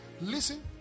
listen